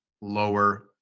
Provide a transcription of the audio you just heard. lower